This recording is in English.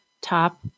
top